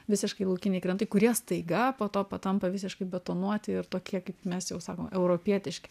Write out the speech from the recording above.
visiškai laukiniai krantai kurie staiga po to patampa visiškai betonuoti ir tokie kaip mes jau sakom europietiški